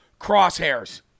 crosshairs